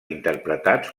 interpretats